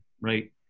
right